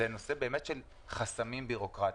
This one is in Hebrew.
זה נושא של חסמים בירוקרטיים.